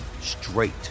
straight